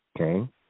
okay